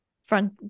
front